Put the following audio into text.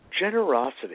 generosity